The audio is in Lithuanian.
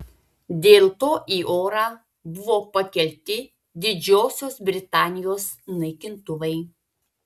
dėl to į orą buvo pakelti didžiosios britanijos naikintuvai